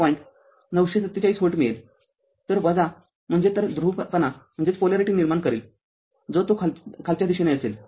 तर म्हणजेतर ध्रुवपणा निर्माण करेल जो तो खालच्या दिशेने असेल